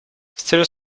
steel